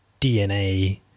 DNA